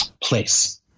place